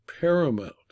paramount